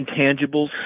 intangibles